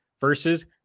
versus